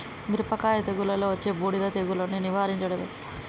మిరపకాయ తెగుళ్లలో వచ్చే బూడిది తెగుళ్లను నివారించడం ఎట్లా?